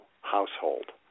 household